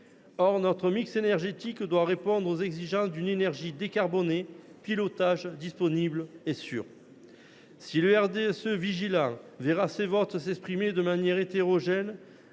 Or notre mix énergétique doit répondre aux exigences d’une énergie décarbonée, pilotable, disponible et sûre. Si le RDSE, vigilant, verra ses votes s’exprimer de manière hétérogène,